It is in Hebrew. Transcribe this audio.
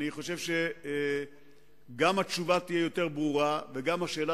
אני חושב שגם התשובה תהיה יותר ברורה וגם השאלה